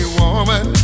woman